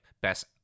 best